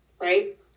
right